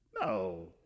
No